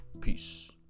Peace